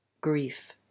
grief